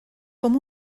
com